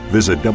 Visit